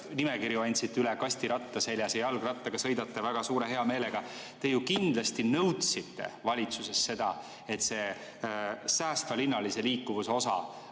nimekirju andsite üle kastiratta seljas ja jalgrattaga sõidate väga suure heameelega –, kindlasti nõudis valitsuses, et säästva linnalise liikuvuse osa